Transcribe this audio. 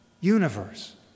universe